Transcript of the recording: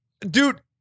Dude